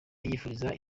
yifuriza